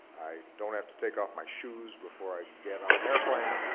i don't have to take off my shoes before i get on an airplane.